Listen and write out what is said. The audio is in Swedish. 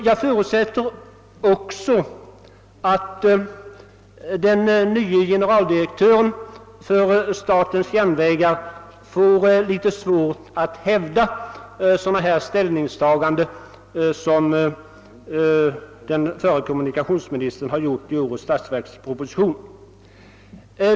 Jag förutsätter också att den nye generaldirektören för statens järnvägar får svårt att hävda riktigheten av sådana här ställningstaganden som den förre kommunikationsministern gjort i årets statsverksproposition.